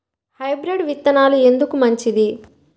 Hybrid విత్తనాలు ఎందుకు మంచిది?